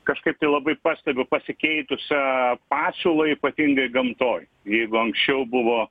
kažkaip tai labai pastebiu pasikeitusią pasiūlą ypatingai gamtoj jeigu anksčiau buvo